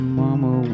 mama